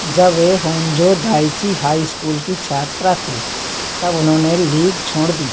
जब वह Honjo Daiichi high school की छात्रा थीं तब उन्होंने लीग छोड़ दी